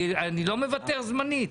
אני לא מוותר זמנית,